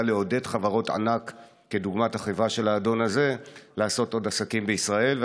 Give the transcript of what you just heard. לעודד חברות ענק כדוגמת החברה של האדון הזה לעשות עוד עסקים בישראל.